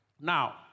Now